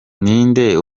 ninde